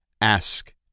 ask